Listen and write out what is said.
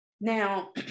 now